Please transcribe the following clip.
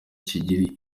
kigira